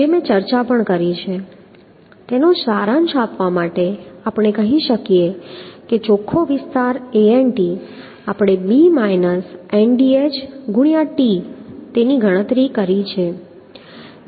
જે મેં ચર્ચા પણ કરી છે તેનો સારાંશ આપવા માટે આપણે કહી શકીએ કે ચોખ્ખો વિસ્તાર Anet આપણે t તેની ગણતરી કરી શકીએ